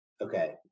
okay